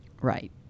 Right